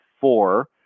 four